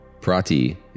Prati